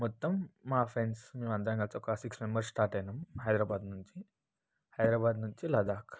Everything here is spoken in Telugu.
మొత్తం మా ఫ్రెండ్స్ మేము అందరం కలిసి ఒక సిక్స్ మెంబెర్స్ స్టార్ట్ అయినాం హైదరాబాద్ నుంచి హైదరాబాద్ నుంచి లడఖ్